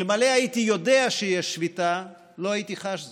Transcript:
אלמלא הייתי יודע שיש שביתה לא הייתי חש זאת.